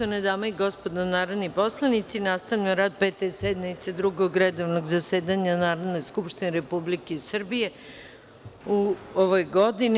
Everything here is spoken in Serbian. Poštovane dame i gospodo narodni poslanici, nastavljamo rad Pete sednice Drugog redovnog zasedanja Narodne skupštine Republike Srbije u 2017. godini.